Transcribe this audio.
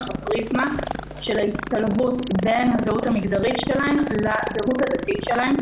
הפריזמה של ההצטלבות בין הזהות המגדרית שלהן לזהות הדתית שלהן,